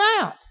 out